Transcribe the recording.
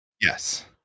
Yes